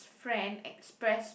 friend express